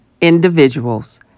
individuals